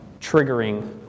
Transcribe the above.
triggering